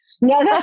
No